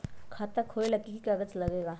खाता खोलेला कि कि कागज़ात लगेला?